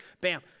bam